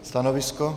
Stanovisko?